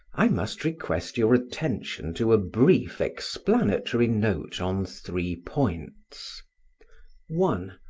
i must request your attention to a brief explanatory note on three points one.